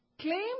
claim